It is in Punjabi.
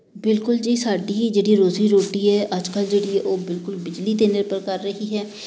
ਬਿਲਕੁਲ ਜੀ ਸਾਡੀ ਜਿਹੜੀ ਰੋਜ਼ੀ ਰੋਟੀ ਹੈ ਅੱਜ ਕੱਲ੍ਹ ਜਿਹੜੀ ਉਹ ਬਿਲਕੁਲ ਬਿਜਲੀ 'ਤੇ ਨਿਰਭਰ ਕਰ ਰਹੀ ਹੈ